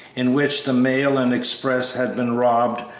in which the mail and express had been robbed,